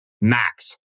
Max